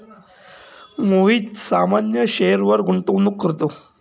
मोहित सामान्य शेअरवर गुंतवणूक करतो